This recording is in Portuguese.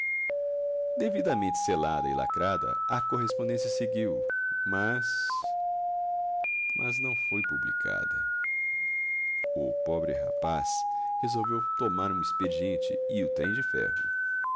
devidamente selada e lacrada a correspondência seguiu mas mas não foi publicada o pobre rapaz resolveu tomar um expediente e o trem de ferro